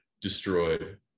destroyed